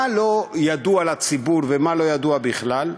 מה לא ידוע לציבור ומה לא ידעו בכלל?